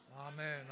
Amen